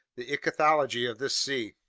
the ichthyology of this sea.